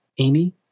Amy